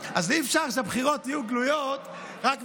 אז אי-אפשר שהבחירות יהיו גלויות רק בחלק.